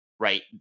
Right